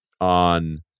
on